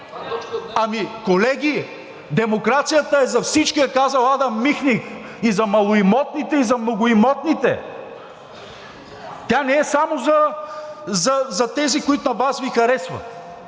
Ами, колеги, демокрацията е за всички, е казал Адам Михник – и за малоимотните, и за многоимотните. Тя не е само за тези, които на Вас Ви харесват,